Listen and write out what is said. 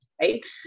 right